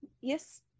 yes